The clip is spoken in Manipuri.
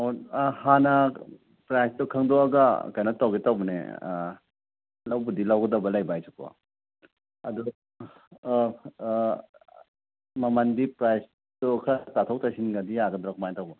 ꯑꯣ ꯍꯥꯟꯅ ꯄ꯭ꯔꯥꯏꯖꯇꯨ ꯈꯪꯗꯣꯛꯂꯒ ꯀꯩꯅꯣ ꯇꯧꯒꯦ ꯇꯧꯕꯅꯦ ꯂꯧꯕꯨꯗꯤ ꯂꯧꯒꯗꯧꯕ ꯂꯩꯕ ꯑꯩꯁꯨ ꯀꯣ ꯑꯗꯨ ꯃꯃꯟꯗꯤ ꯄ꯭ꯔꯥꯏꯖꯇꯨ ꯈꯔ ꯇꯥꯊꯣꯛ ꯇꯥꯁꯤꯟꯒꯗꯤ ꯌꯥꯒꯗ꯭ꯔꯣ ꯀꯃꯥꯏ ꯇꯧꯕ